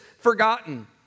forgotten